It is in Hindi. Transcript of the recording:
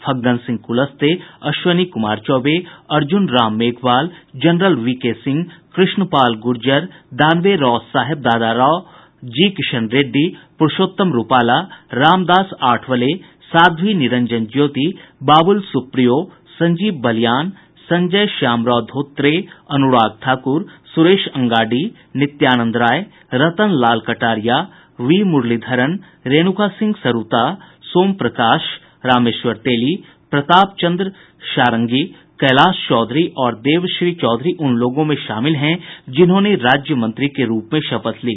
Faggan Singh Kulaste Ashwini Kumar Choubey Arjun Ram Meghwal general V K Singh Krishanpal Gurjar Danve Raosaheb Dadarao G Kishan Reddy Purushottam Rupala Ramdas Athawale Sadhvi Niranjan Jyoti Babul Supriyo Sanjeev Balyan Sanjay Shamrao Dhotre Anurag Thakur Suresh Angadi Nityanand Rai Rattan Lal Kataria V Muraleedharan Renuka Singh Saruta Som Parkash Rameswar Teli Pratap Chandra Sarangi Kailash Choudhary और देबश्री चौधरी उन लोगों में शामिल हैं जिन्होंने राज्य मंत्री के रूप में शपथ ली